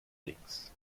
links